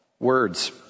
Words